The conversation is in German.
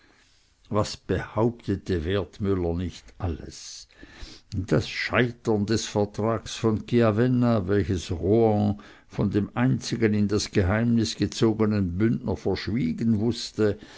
was behauptete wertmüller nicht alles das scheitern des vertrags von chiavenna welches rohan von dem einzigen in das geheimnis gezogenen bündner verschwiegen wußte